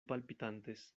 palpitantes